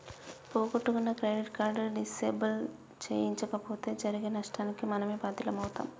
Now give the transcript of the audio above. పోగొట్టుకున్న credit card disable చేయించకపోతే జరిగే నష్టానికి మనమే బాధ్యులమవుతం